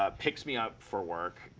ah picks me up for work.